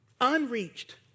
Unreached